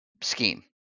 scheme